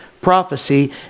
prophecy